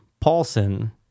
Paulson